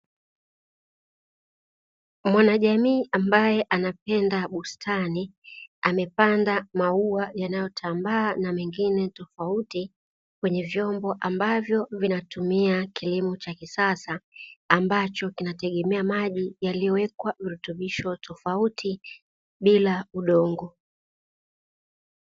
mwanajamii ambaye anapenda bustani amepanda maua yanayotambaa na mengine tofauti, kwenye vyombo ambavyo vinatumia kilimo cha kisasa,, ambacho kinategemea maji yaliyowekwa virutubisho tofauti bila udongo.